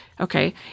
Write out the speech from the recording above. okay